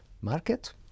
market